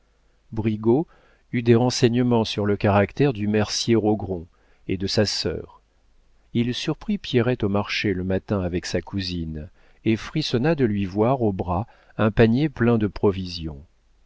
brigaut eut des renseignements sur le caractère du mercier rogron et de sa sœur il surprit pierrette au marché le matin avec sa cousine et frissonna de lui voir au bras un panier plein de provisions